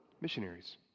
missionaries